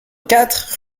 quatre